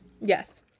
Yes